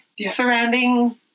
surrounding